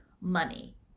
money